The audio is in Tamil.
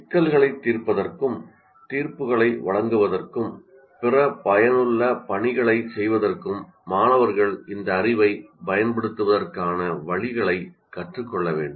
சிக்கல்களைத் தீர்ப்பதற்கும் தீர்ப்புகளை வழங்குவதற்கும் பிற பயனுள்ள பணிகளைச் செய்வதற்கும் மாணவர்கள் இந்த அறிவைப் பயன்படுத்துவதற்கான வழிகளைக் கற்றுக்கொள்ள வேண்டும்